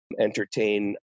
entertain